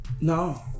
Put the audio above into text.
No